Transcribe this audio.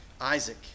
Isaac